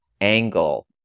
angle